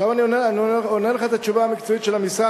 עכשיו אני עונה לך את התשובה המקצועית של המשרד,